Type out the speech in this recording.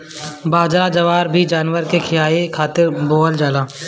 बजरा, जवार भी जानवर के खियावे खातिर बोअल जाला